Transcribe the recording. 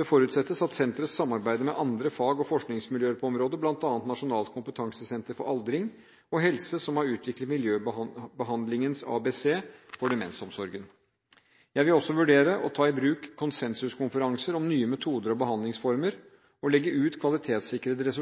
Det forutsettes at senteret samarbeider med andre fag- og forskningsmiljøer på området, bl.a. Nasjonalt kompetansesenter for aldring og helse, som har utviklet miljøbehandlingens ABC for demensomsorgen. Jeg vil også vurdere å ta i bruk konsensuskonferanser om nye metoder og behandlingsformer og legge ut kvalitetssikrede